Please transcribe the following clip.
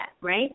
right